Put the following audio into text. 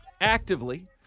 actively